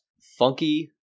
Funky